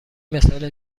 مثال